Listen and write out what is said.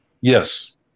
Yes